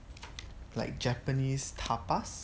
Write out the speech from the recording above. like japanese tapas